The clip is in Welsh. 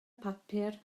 papur